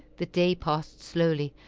the day passed slowly,